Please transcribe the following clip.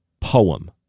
poem